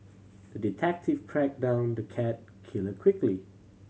the detective track down the cat killer quickly